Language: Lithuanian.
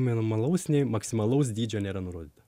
minimalaus nei maksimalaus dydžio nėra nurodyta